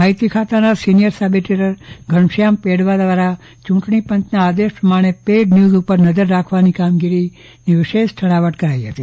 માહિતી ખાતાના senior sub editor Ghanshyam Pedva દ્વારા ચૂંટણી પંચના આદેશ પ્રમાણે પેઈડ ન્યુઝ ઉપર નજર રાખવાની કામગીરી વિશે છણાવટ કરાઈ હતી